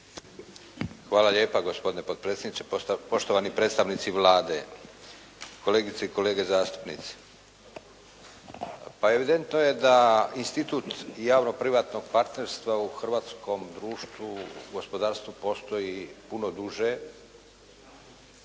Hvala lijepa gospodine potpredsjedniče. Poštovani predstavnici Vlade, kolegice i kolege zastupnici. Pa evidentno je da institut javno-privatnog partnerstva u hrvatskom društvu u gospodarstvu postoji puno duže,